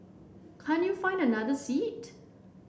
can't you find another seat